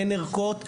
אין ערכות,